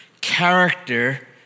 Character